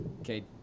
okay